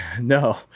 No